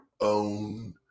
own